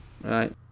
right